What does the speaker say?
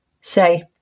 say